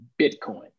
Bitcoin